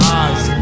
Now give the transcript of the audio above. eyes